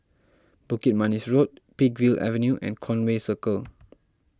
Bukit Manis Road Peakville Avenue and Conway Circle